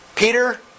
Peter